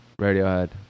Radiohead